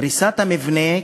קריסת המבנה,